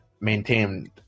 maintained